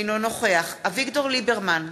אינו נוכח אביגדור ליברמן,